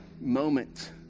moment